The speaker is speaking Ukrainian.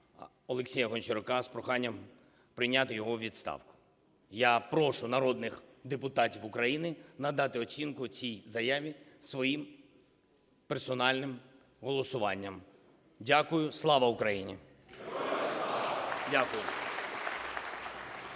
Олексія Гончарука з проханням прийняти його відставку. Я прошу народних депутатів України надати оцінку цій заяві своїм персональним голосуванням. Дякую. Слава Україні! Дякую.